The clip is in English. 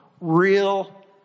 real